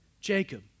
Jacob